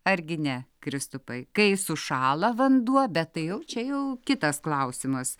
argi ne kristupai kai sušąla vanduo bet tai jau čia jau kitas klausimas